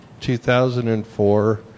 2004